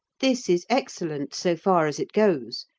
this is excellent, so far as it goes,